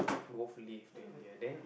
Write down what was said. both leave to India then